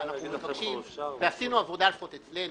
ועשינו עבודה אצלנו,